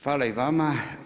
Hvala i vama.